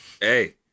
Hey